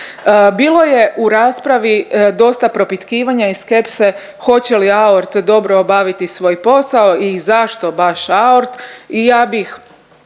Bilo je u raspravi dosta propitkivanja i skepse hoće li AORT dobro obaviti svoj posao i zašto baš AORT i ja bih